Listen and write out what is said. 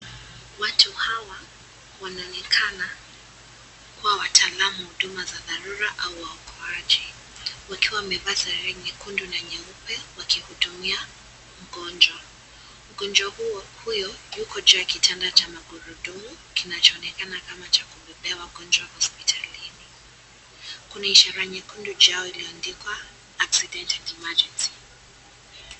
Watu hawa wanaonekana kuwa wataalamu wa huduma za dharura au waokoaji wakiwa wamevaa sare ya nyekundu na nyeupe wakihudumia mgonjwa. Mgonjwa huyo yuko juu ya kitanda cha magurudumu kinachoonekana kama cha kubebea wagonjwa hospitalini. Kuna ishara nyekundu juu yao iliyoandikwa accident emergency .